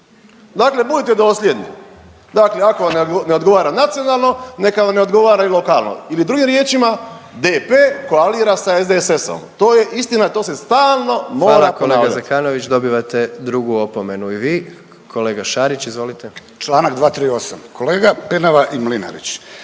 Dakle, budite dosljedni. Dakle, ako vam ne odgovara nacionalno neka vam ne odgovara i lokalno ili drugim riječima DP koalira sa SDSS-om. To je istina. To se stalno mora ponavljati. **Jandroković, Gordan (HDZ)** Hvala kolega Zekanović. Dobivate drugu opomenu i vi. Kolega Šarić, izvolite. **Šarić, Josip (HDZ)** Članak 238. Kolega Penava i Mlinarić,